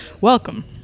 welcome